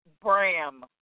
Bram